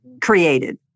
created